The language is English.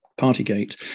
Partygate